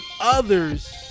others